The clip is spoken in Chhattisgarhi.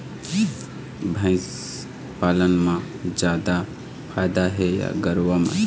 भंइस पालन म जादा फायदा हे या गरवा में?